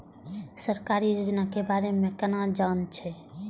सरकारी योजना के बारे में केना जान से?